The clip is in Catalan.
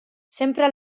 sempre